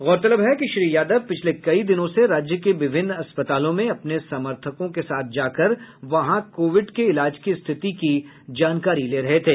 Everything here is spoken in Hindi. गौरतलब है कि श्री यादव पिछले कई दिनों से राज्य के विभिन्न अस्पतालों में में समर्थकों के साथ जाकर वहां कोविड के इलाज की स्थिति की जानकारी ले रहे थे